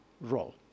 role